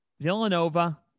Villanova